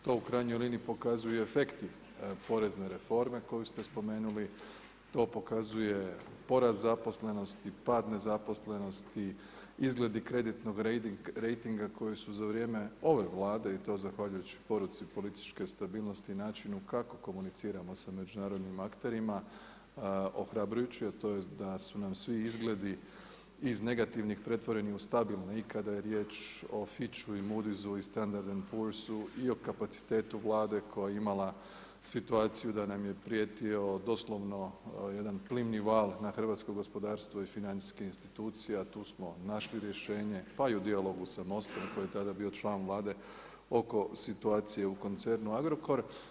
To u krajnjoj liniji pokazuju i efekti porezne reforme koju ste spomenuli, to pokazuje porast zaposlenosti, pad nezaposlenosti, izgledi kreditnog rejtinga koji su za vrijeme ove Vlade i to zahvaljujući poruci političke stabilnosti i načinu kako komuniciramo sa međunarodnim akterima ohrabrujući a to je da su nam svi izgledi iz negativnih pretvoreni u stabilne i kada je riječ o … [[Govornik se ne razumije]] i o kapacitetu Vlade koja je imala situaciju da nam je prijetio doslovno jedan plimni val na hrvatsko gospodarstvo i financijske institucije a tu smo našli rješenje, pa i u dijalogu sa MOST-om koji je tada bio član Vlade oko situacije u koncernu Agrokor.